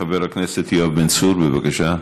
חבר הכנסת יואב בן צור, בבקשה.